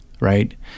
Right